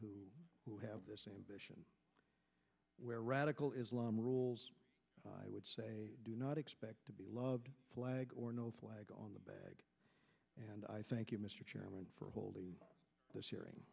who who have this ambition where radical islam rules i would say do not expect to be loved flag or no flag on the back and i thank you mr chairman for holding this hearing